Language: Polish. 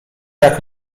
jak